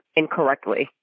incorrectly